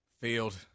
Field